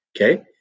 okay